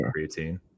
creatine